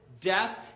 Death